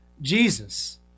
Jesus